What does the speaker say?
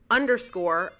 underscore